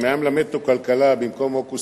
אם היה מלמד אותו כלכלה במקום הוקוס